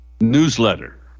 newsletter